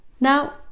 Now